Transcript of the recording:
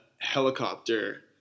helicopter